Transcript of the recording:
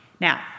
Now